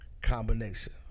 combination